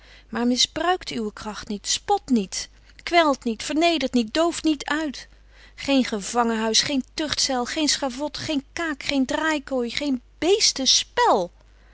maar misbruikt uwe kracht niet spot niet kwelt niet vernedert niet dooft niet uit geen gevangenhuis geen tuchtcel geen schavot geen kaak geen draaikooi geen